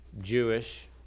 Jewish